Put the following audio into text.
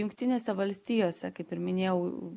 jungtinėse valstijose kaip ir minėjau